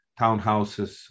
townhouses